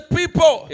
people